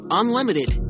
unlimited